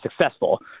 successful